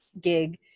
gig